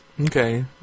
Okay